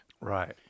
Right